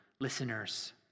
listeners